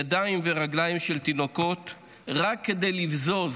ידיים ורגליים של תינוקות רק כדי לבזוז